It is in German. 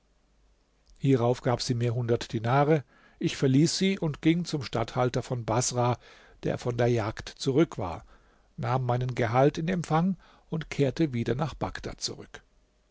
hierauf gab sie mir hundert dinare ich verließ sie und ging zum statthalter von baßrah der von der jagd zurück war nahm meinen gehalt in empfang und kehrte wieder nach bagdad zurück